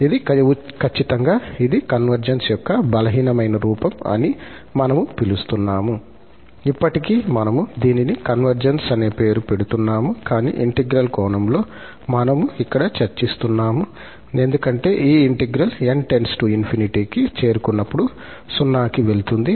ఇది ఖచ్చితంగా ఇది కన్వర్జెన్స్ యొక్క బలహీనమైన రూపం అని మనము పిలుస్తున్నాము ఇప్పటికీ మనము దీనిని కన్వర్జెన్స్ అనే పేరు పెడుతున్నాము కానీ ఇంటిగ్రల్ కోణంలో మనము ఇక్కడ చర్చిస్తున్నాము ఎందుకంటే ఈ ఇంటిగ్రల్ 𝑛 →∞ కి చేరుకున్నప్పుడు 0 కి వెళుతుంది